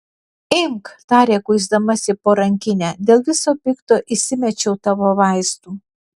imk tarė kuisdamasi po rankinę dėl viso pikto įsimečiau tavo vaistų